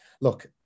Look